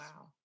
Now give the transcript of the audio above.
Wow